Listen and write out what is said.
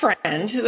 friend